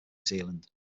zealand